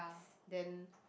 then